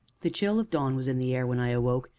the chill of dawn was in the air when i awoke,